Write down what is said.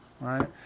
right